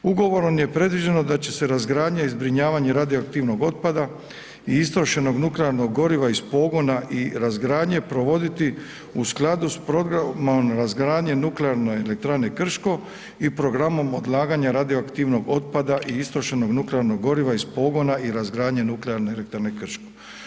Ugovorom je predviđeno da će se razgradnja i zbrinjavanje radioaktivnog otpada i istrošenog nuklearnog goriva iz pogona i razgradnje provoditi u skladu s programom razgradnje Nuklearne elektrane Krško i programom odlaganja radioaktivnog otpada i istrošenog nuklearnog goriva iz pogona i razgradnje Nuklearne elektrane Krško.